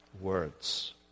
words